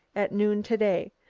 at noon to-day.